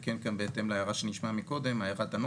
תשמע מה שהוא אומר לך.